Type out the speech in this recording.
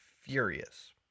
furious